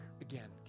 again